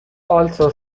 also